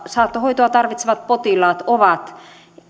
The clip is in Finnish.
saattohoitoa tarvitsevat potilaat ovat